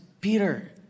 Peter